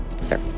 Sir